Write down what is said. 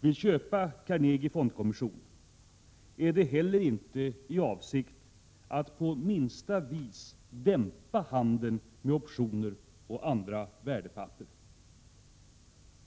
vill köpa Carnegie Fondkommission är det heller inte i avsikt att på minsta vis dämpa handeln med optioner och andra värdepapper.